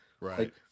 Right